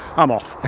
i'm off! ah